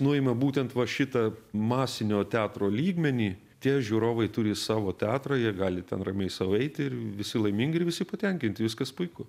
nuėmė būtent va šitą masinio teatro lygmenį tie žiūrovai turi savo teatrą jie gali ten ramiai sau eiti ir visi laimingi ir visi patenkinti viskas puiku